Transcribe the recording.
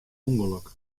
ûngelok